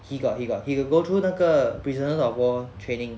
he got he got he got go through 那个 prisoners of war training